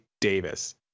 Davis